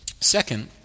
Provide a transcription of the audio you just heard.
Second